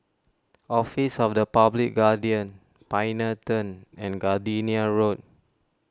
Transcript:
Office of the Public Guardian Pioneer Turn and Gardenia Road